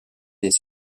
des